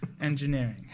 engineering